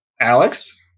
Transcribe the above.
alex